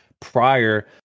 prior